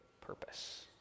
purpose